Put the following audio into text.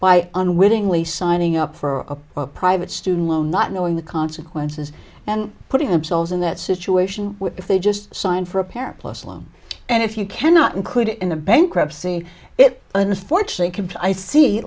by unwittingly signing up for a private student loan not knowing the consequences and putting themselves in that situation if they just sign for a parent plus loan and if you cannot include it in the bankruptcy it unfortunate can i see